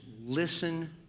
listen